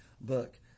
book